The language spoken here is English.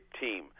team